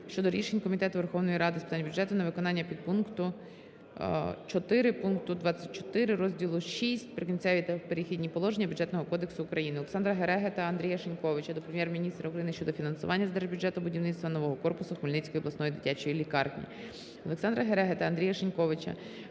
щодо рішень Комітету Верховної Ради України з питань бюджету на виконання підпункту 4 пункту 24 розділу VI "Прикінцеві та перехідні положення" Бюджетного кодексу України. Олександра Гереги та Андрія Шиньковича до Прем'єр-міністра України щодо фінансування з Держбюджету будівництва нового корпусу Хмельницької обласної дитячої лікарні. Олександра Гереги та Андрія Шиньковича